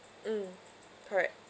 mm correct